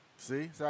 See